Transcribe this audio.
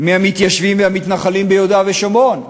מהמתיישבים והמתנחלים ביהודה ושומרון.